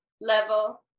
level